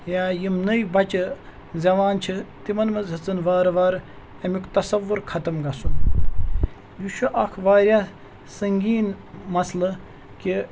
یا یِم نٔے بَچہِ زٮ۪وان چھِ تِمَن منٛز ہیٚژٕن وارٕ وارٕ اَمیُک تصوُر ختم گژھُن یہِ چھُ اَکھ واریاہ سنٛگیٖن مَسلہٕ کہِ